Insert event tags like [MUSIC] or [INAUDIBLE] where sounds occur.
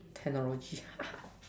technology [LAUGHS]